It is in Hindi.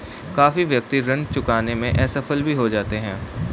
काफी व्यक्ति ऋण चुकाने में असफल भी हो जाते हैं